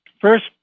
First